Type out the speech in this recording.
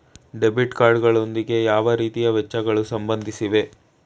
Debit card ಗಳೊಂದಿಗೆ ಯಾವ ರೀತಿಯ ವೆಚ್ಚಗಳು ಸಂಬಂಧಿಸಿವೆ?